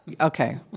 okay